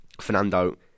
Fernando